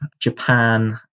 japan